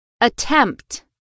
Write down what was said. Attempt